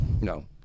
No